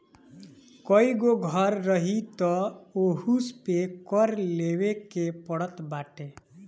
कईगो घर रही तअ ओहू पे कर देवे के पड़त बाटे